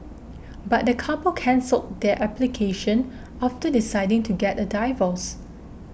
but the couple cancelled their application after deciding to get a divorce